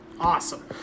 Awesome